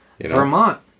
Vermont